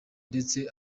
ndetse